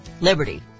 Liberty